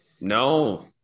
No